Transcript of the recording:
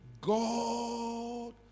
God